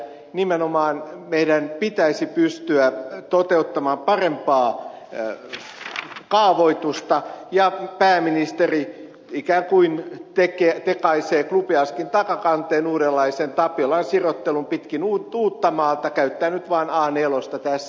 nimenomaan meidän pitäisi pystyä toteuttamaan parempaa kaavoitusta ja pääministeri ikään kuin tekaisee klubiaskin takakanteen uudenlaisen tapiolan sirottelun pitkin uuttamaata käyttäen nyt vain a nelosta tässä